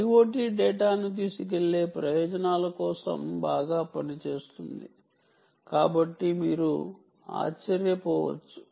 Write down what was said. IoT డేటాను తీసుకువెళ్ళే ప్రయోజనాల కోసం బాగా పనిచేస్తోంది కాబట్టి మీరు ఆశ్చర్యపోవచ్చు